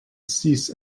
cease